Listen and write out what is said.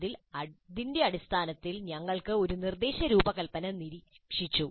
അതിന്റെ അടിസ്ഥാനത്തിൽ ഞങ്ങൾ ഒരു നിർദ്ദേശരൂപകൽപ്പന നിരീക്ഷിച്ചു